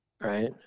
Right